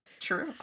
true